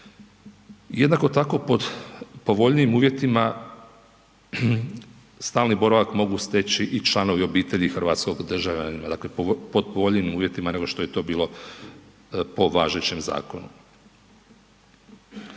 Jednako tako pod povoljnijim uvjetima stalni boravak mogu steći i članovi obitelji hrvatskog državljanina, dakle pod povoljnijim uvjetima nego što je to bilo po važećem zakonu.